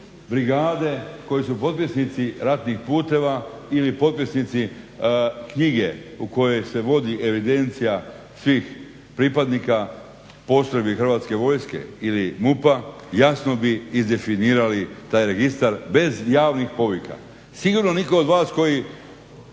brigade, koji su potpisnici ratnih puteva ili potpisnici knjige u kojoj se vodi evidencija svih pripadnika postrojbi Hrvatske vojske ili MUP-a jasno bi izdefinirali taj registar bez javnih povika. Sigurno nitko od vas koji